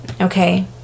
okay